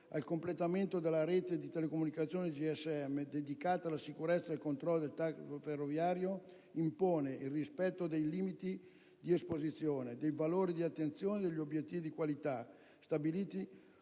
riferimento al completamento della rete di telecomunicazione GSM dedicata alla sicurezza e al controllo del traffico ferroviario, impone il rispetto dei limiti di esposizione, dei valori di attenzione e degli obiettivi di qualità stabiliti